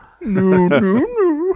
No-no-no